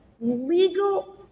legal